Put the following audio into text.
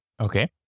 Okay